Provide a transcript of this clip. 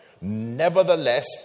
Nevertheless